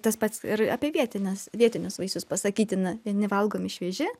tas pats ir apie vietines vietinius vaisius pasakytina vieni valgomi švieži